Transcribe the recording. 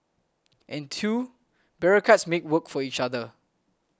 and two bureaucrats make work for each other